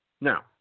Now